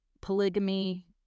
polygamy